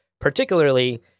particularly